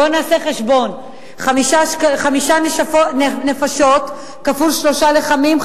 בוא ונעשה חשבון: חמש נפשות כפול שלושה לחמים,